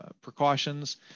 Precautions